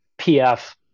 PF